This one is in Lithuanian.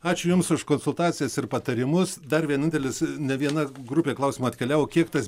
ačiū jums už konsultacijas ir patarimus dar vienintelis ne viena grupė klausimų atkeliavo kiek tas